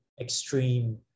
extreme